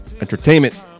entertainment